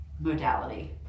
Modality